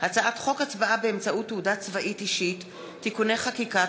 הצעת חוק הצבעה באמצעות תעודה צבאית אישית (תיקוני חקיקה),